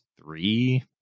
three